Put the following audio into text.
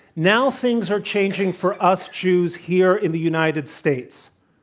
now things are changing for us jews here in the united states.